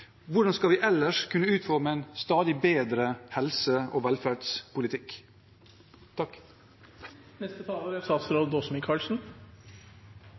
hvordan skal vi ellers kunne utforme en stadig bedre helse- og velferdspolitikk? Jeg må først si at det er